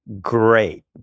great